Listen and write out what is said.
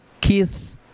Keith